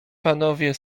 panowie